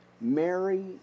Mary